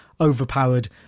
overpowered